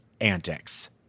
antics